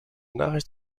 nachricht